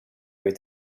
mitt